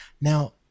now